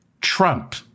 Trump